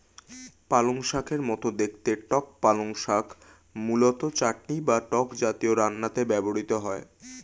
পালংশাকের মতো দেখতে টক পালং শাক মূলত চাটনি বা টক জাতীয় রান্নাতে ব্যবহৃত হয়